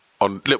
on